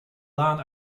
laan